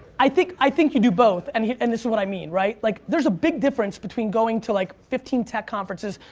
i think i think you do both, and and this is what i mean, right? like there's a big difference between going to like fifteen tech conferences,